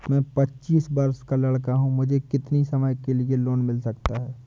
मैं पच्चीस वर्ष का लड़का हूँ मुझे कितनी समय के लिए लोन मिल सकता है?